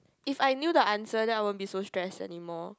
if I knew the answer then I won't be so stressed anymore